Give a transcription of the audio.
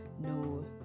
no